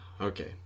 okay